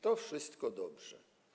To wszystko dobrze.